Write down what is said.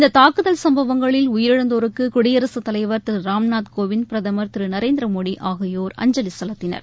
இந்த தாக்குதல் சம்பவங்களில் உயிரிழந்தோருக்கு குடியரசுத்தலைவா் திரு ராம்நாத் கோவிந்த் பிரதமர் திரு நரேந்திரமோடி ஆகியோர் அஞ்சலி செலுத்தினர்